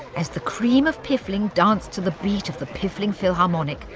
as the cream of piffling danced to the beat of the piffling philharmonic,